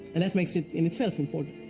and that makes it, in itself, important.